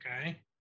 Okay